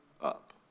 up